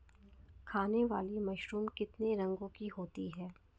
खाने वाली मशरूम कितने रंगों की होती है?